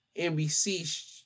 NBC